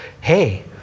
hey